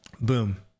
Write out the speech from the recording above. boom